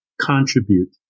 contribute